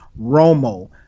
Romo